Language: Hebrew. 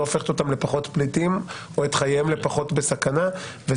לא הופכת אותם לפחות פליטים או את חייהם לפחות בסכנה זה